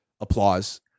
applause